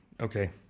Okay